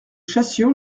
chassions